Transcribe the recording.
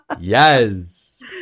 Yes